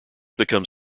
become